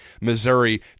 Missouri